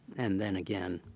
and then again,